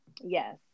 Yes